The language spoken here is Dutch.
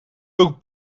ook